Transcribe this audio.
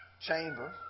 chamber